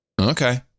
Okay